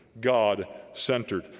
God-centered